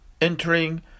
entering